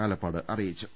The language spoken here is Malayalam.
ആലപ്പാട് അറിയിച്ചു